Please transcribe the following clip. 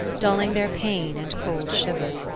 dulling their pain and cold shiver.